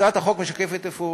הצעת החוק משקפת אפוא